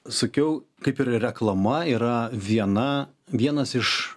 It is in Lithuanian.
sakiau kaip ir reklama yra viena vienas iš